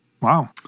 Wow